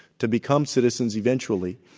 to become citizens eventually,